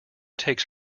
takes